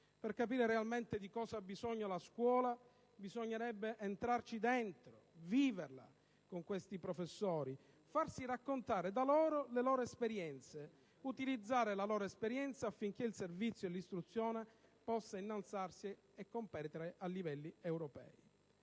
Per capire realmente di cosa ha bisogno la scuola, bisognerebbe entrarci dentro, viverla con i professori, farsi raccontare da loro le loro esperienze ed utilizzare la loro esperienza affinché il servizio dell'istruzione possa innalzarsi e competere a livelli europei.